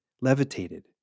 levitated